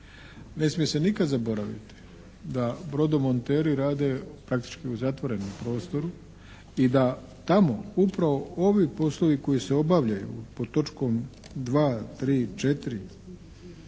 Ne smije se nikad zaboraviti da brodomonteri rade praktički u zatvorenom prostoru i da tamo upravo ovi poslovi koji se obavljaju pod točkom 2., 3., 4.